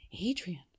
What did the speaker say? Adrian